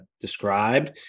described